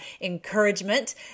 encouragement